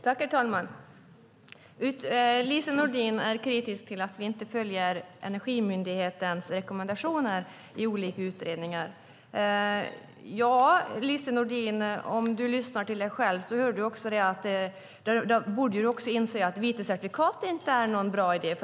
Herr talman! Lise Nordin är kritisk till att vi inte följer Energimyndighetens rekommendationer i olika utredningar. Om Lise Nordin lyssnade till sig själv skulle hon inse att vita certifikat inte är någon bra idé.